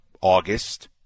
August